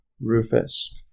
Rufus